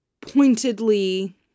pointedly